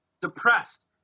depressed